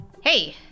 Hey